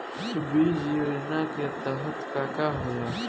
बीज योजना के तहत का का होला?